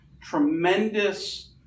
tremendous